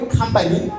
company